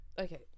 okay